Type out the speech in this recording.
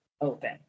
open